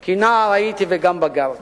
כי נער הייתי וגם בגרתי.